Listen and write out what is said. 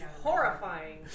Horrifying